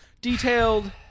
detailed